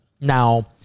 now